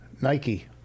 Nike